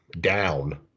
down